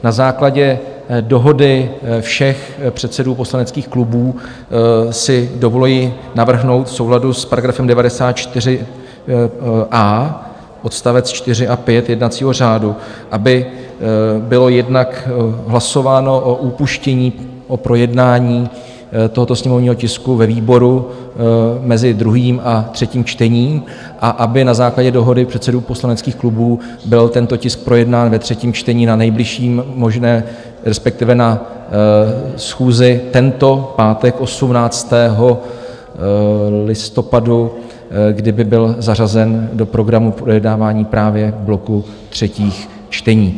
Na základě dohody všech předsedů poslaneckých klubů si dovoluji navrhnout v souladu s § 94a odst. 4 a 5 jednacího řádu, aby bylo jednak hlasováno o upuštění od projednání tohoto sněmovního tisku ve výboru mezi druhým a třetím čtením a aby na základě předsedů poslaneckých klubů byl tento tisk projednán ve třetím čtení na nejbližší možné, respektive na schůzi tento pátek 18. listopadu, kdy by byl zařazen do programu projednávání právě bloku třetích čtení.